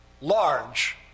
large